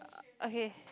okay